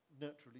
Naturally